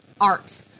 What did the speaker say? art